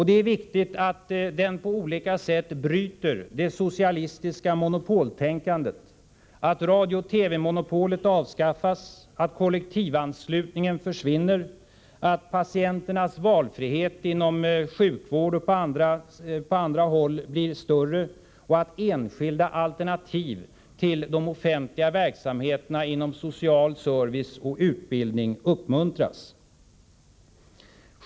Det är viktigt att den på olika sätt bryter det socialistiska monopoltänkandet, att radiooch TV-monopolet avskaffas, att kollektivanslutningen försvinner, att patienternas valfrihet inom sjukvård och på andra håll blir större och att enskilda alternativ till de offentliga verksamheterna inom social service och utbildning uppmuntras.